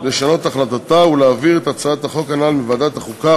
לשנות את החלטתה ולהעביר את הצעת החוק הנ"ל מוועדת החוקה,